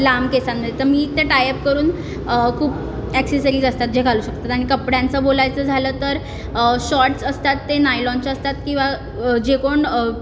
लांब केसांमध्ये तर मी ते टायअप करून खूप ॲक्सेसरीज असतात जे घालू शकतात आणि कपड्यांचं बोलायचं झालं तर शॉर्ट्स असतात ते नायलॉनचे असतात किंवा जे कोण